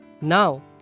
Now